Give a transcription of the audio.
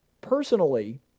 personally